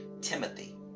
Timothy